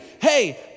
hey